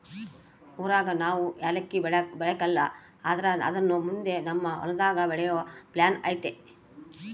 ಊರಾಗ ನಾವು ಯಾಲಕ್ಕಿ ಬೆಳೆಕಲ್ಲ ಆದ್ರ ಅದುನ್ನ ಮುಂದೆ ನಮ್ ಹೊಲದಾಗ ಬೆಳೆಯೋ ಪ್ಲಾನ್ ಐತೆ